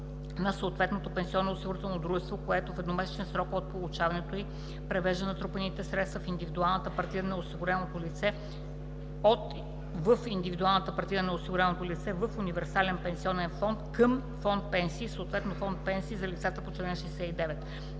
на съответното пенсионноосигурително дружество, което в едномесечен срок от получаването й превежда натрупаните средства в индивидуалната партида на осигуреното лице в универсалния пенсионен фонд към фонд „Пенсии“, съответно фонд „Пенсии за лицата по чл. 69“,